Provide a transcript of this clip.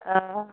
ओ